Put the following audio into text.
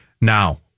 Now